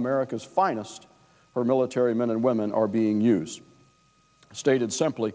america's finest military men and women are being stated simply